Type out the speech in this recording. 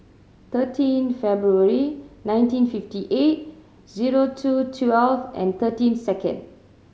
thirteen February nineteen fifty eight zero two twelve and thirteen second